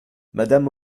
madame